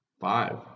five